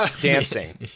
dancing